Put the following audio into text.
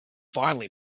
finally